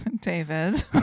David